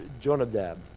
Jonadab